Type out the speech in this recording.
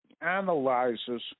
analyzes